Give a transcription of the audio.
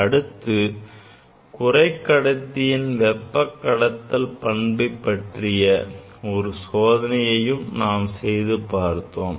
அடுத்து குறைக்கடத்தியின வெப்பக் கடத்தல் பண்பை பற்றிய ஒரு சோதனையையும் நாம் செய்து பார்த்தோம்